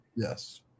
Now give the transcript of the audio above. Yes